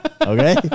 okay